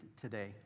today